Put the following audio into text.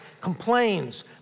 complains